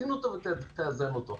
תקטין אותו ותאזן אותו.